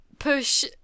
push